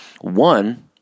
One